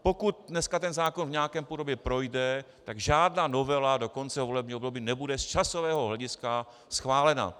Pokud dneska ten zákon v nějaké podobě projde, tak žádná novela do konce volebního období nebude z časového hlediska schválena.